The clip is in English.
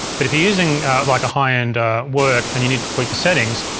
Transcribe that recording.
but if you're using like a high-end work and you need to tweak the settings,